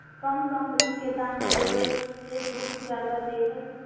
कौन कंपनी के दाना देबए से दुध जादा दे है?